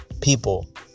people